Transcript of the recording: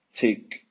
take